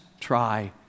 Try